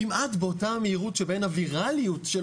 כמעט באותה המהירות שבה הוויראליות של